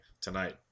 tonight